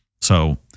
So-